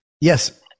yes